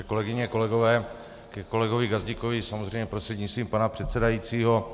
Kolegyně, kolegové, ke kolegovi Gazdíkovi, samozřejmě prostřednictvím pana předsedajícího.